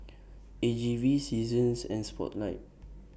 A G V Seasons and Spotlight